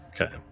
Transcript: Okay